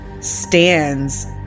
stands